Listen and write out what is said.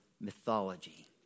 mythology